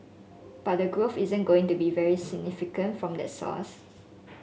but the growth isn't going to be very significant from that source